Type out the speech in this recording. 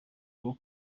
bwo